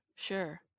sure